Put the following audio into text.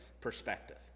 perspective